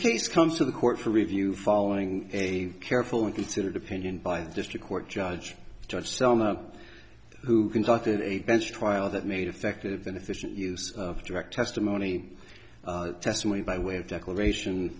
case comes to the court for review following a carefully considered opinion by the district court judge judge selma who conducted a bench trial that made effective and efficient use of direct testimony testimony by way of declaration